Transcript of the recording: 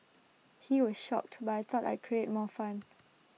he was shocked but I thought I created more fun